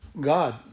God